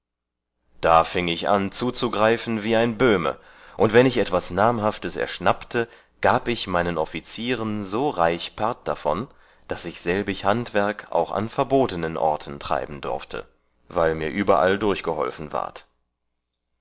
da fieng ich an zuzugreifen wie ein böhme und wann ich etwas namhaftes erschnappte gab ich meinen offizierern so reich part davon daß ich selbig handwerk auch an verbotenen orten treiben dorfte weil mir überall durchgeholfen ward